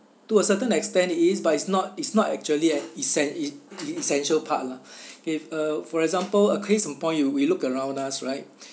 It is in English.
to a certain extent it is but it's not it's not actually an essen~ e~ e~ essential part lah if uh for example a case in point you we look around us right